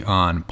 on